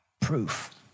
proof